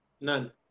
None